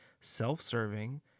self-serving